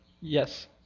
Yes